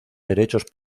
derechos